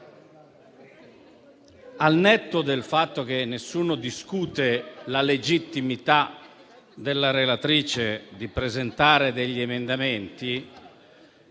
al netto del fatto che nessuno discute la legittimità della scelta della relatrice di presentare emendamenti,